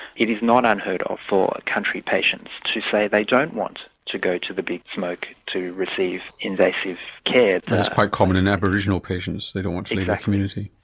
it is not unheard of for country patients to say they don't want to go to the big smoke to receive invasive care. that's quite common in aboriginal patients, they don't want to leave their yeah community.